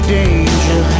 danger